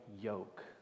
yoke